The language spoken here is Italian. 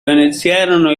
iniziarono